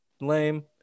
lame